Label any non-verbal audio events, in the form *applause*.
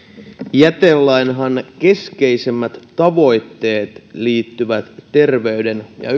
jätelain keskeisimmät tavoitteethan liittyvät terveyden ja *unintelligible*